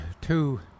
two